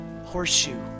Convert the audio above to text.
horseshoe